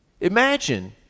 Imagine